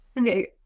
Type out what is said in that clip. Okay